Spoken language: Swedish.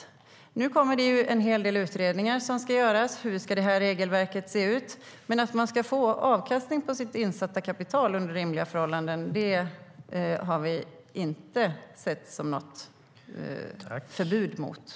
Nu kommer en hel del utredningar göras om hur regelverket ska se ut. Att man ska få avkastning på sitt insatta kapital under rimliga förhållanden har vi inte något förbud mot.